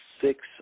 six